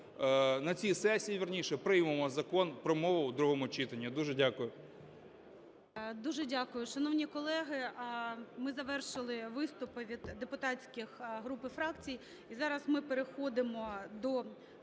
на цій сесії, вірніше, приймемо Закон про мову в другому читанні. Я дуже дякую. ГОЛОВУЮЧИЙ. Дуже дякую. Шановні колеги, ми завершили виступи від депутатських груп і фракцій. І зараз ми переходимо до